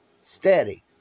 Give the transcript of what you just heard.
Steady